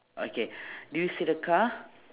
okay do you see the car